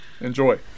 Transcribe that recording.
Enjoy